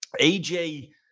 AJ